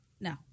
No